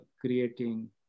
creating